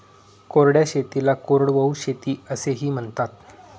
कोरड्या शेतीला कोरडवाहू शेती असेही म्हणतात